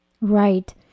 Right